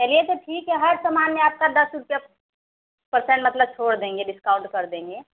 चलिए तो ठीक है हर समान में आपका दस रुपया पर्सेन्ट मतलब छोड़ देंगे डिस्काउंट कर देंगे